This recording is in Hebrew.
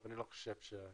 אבל אני לא חושב שהוא